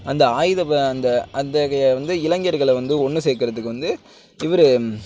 அந்த ஆயுத ப அந்த அத்தகைய வந்து இளைஞர்களை வந்து ஒன்று சேர்க்கறதுக்கு வந்து இவரு